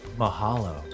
mahalo